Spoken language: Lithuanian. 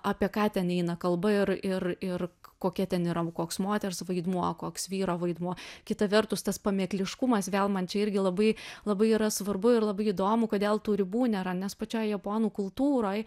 apie ką ten eina kalba ir ir ir kokia ten yra koks moters vaidmuo koks vyro vaidmuo kita vertus tas pamėkliškumas vėl man čia irgi labai labai yra svarbu ir labai įdomu kodėl tų ribų nėra nes pačioj japonų kultūroj